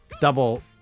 double